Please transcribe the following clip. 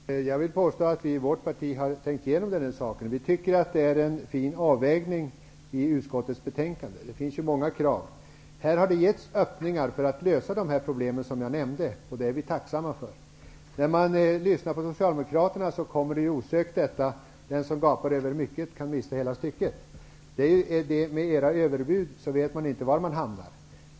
Fru talman! Jag vill påstå att vi i vårt parti har tänkt igenom denna sak. Vi tycker att det är en fin avvägning i utskottets betänkande. Det finns många krav. Här har getts öppningar för att lösa de problem som jag nämnde, och det är vi tacksamma för. När man lyssnar på Socialdemokraterna kommer man osökt att tänka på talesättet Den som gapar över mycket mister ofta hela stycket. Med era överbud vet man inte var vi hamnar.